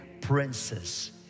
princes